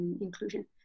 inclusion